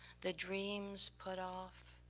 the dreams, put off,